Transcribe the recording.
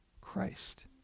Christ